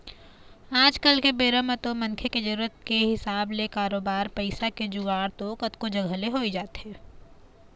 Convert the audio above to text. आज के बेरा म तो मनखे के जरुरत के हिसाब ले बरोबर पइसा के जुगाड़ तो कतको जघा ले होइ जाथे